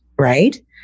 right